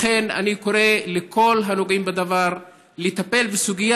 לכן אני קורא לכל הנוגעים בדבר לטפל בסוגיה